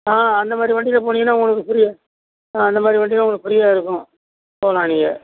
ஆ அந்தமாதிரி வண்டியில போனிங்கன்னால் உங்களுக்கு ஃப்ரீயாக ஆ அந்தமாதிரி வண்டினால் உங்களுக்கு ஃப்ரீயாக இருக்கும் போகலாம் நீங்கள்